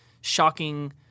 shocking